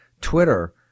Twitter